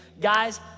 Guys